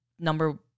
number